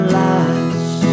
lies